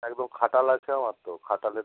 একদম খাটাল আছে আমার তো খাটালের দুধ